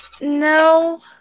No